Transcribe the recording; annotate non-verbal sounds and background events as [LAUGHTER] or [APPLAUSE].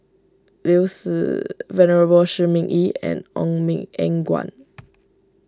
Liu Si Venerable Shi Ming Yi and Ong Eng Guan [NOISE]